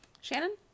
Shannon